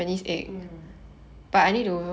mm